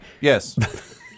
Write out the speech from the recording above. Yes